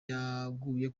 yaguye